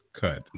cut